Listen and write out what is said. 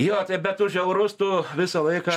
jo bet tu žiaurus tu visą laiką